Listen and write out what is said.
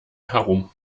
herum